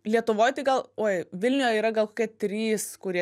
lietuvoj tai gal uoj vilniuje yra gal kokie trys kurie